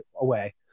away